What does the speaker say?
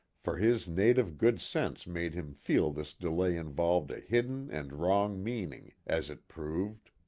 for his native good sense made him feel this delay involved a hidden and wrong meaning, as it proved.